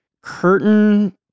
curtain